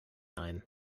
ein